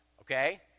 Okay